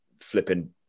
flipping